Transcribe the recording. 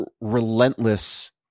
relentless